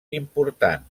important